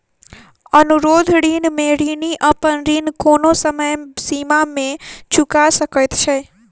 अनुरोध ऋण में ऋणी अपन ऋण कोनो समय सीमा में चूका सकैत छै